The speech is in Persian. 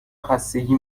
خستگی